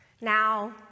Now